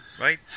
Right